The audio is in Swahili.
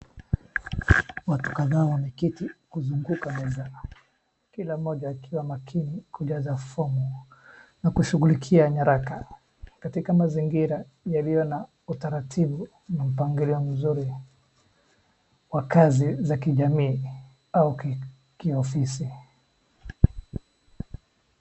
Watu kadhaa wameketi kuzunguka meza, kila mmoja akiwa makini kujaza fomu na kushughulikia nyaraka, katika mazingira yalio na utaratibu na mpangilio mzuri kwa kazi za kijamii au kiofisi.